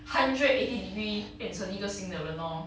hundred eighty degree 变成一个新的人 lor